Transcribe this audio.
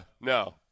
no